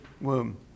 womb